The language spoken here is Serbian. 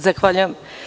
Zahvaljujem.